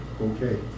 okay